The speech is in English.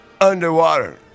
underwater